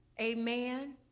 Amen